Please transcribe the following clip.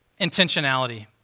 Intentionality